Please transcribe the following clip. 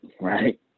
Right